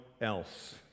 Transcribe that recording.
else